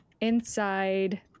inside